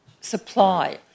supply